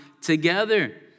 together